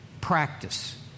practice